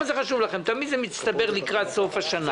תמיד זה מצטבר לקראת סוף השנה.